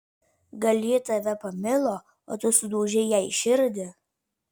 gal ji tave pamilo o tu sudaužei jai širdį